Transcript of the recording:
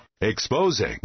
Exposing